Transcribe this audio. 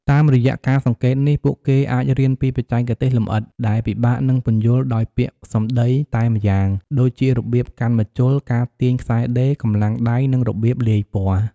តាមរយៈការសង្កេតនេះ ពួកគេអាចរៀនពីបច្ចេកទេសលម្អិត ដែលពិបាកនឹងពន្យល់ដោយពាក្យសម្ដីតែម្យ៉ាង ដូចជារបៀបកាន់ម្ជុល ការទាញខ្សែដេរ កម្លាំងដៃ និងរបៀបលាយពណ៌។